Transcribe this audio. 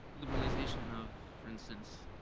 liberalization of, for instance,